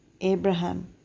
Abraham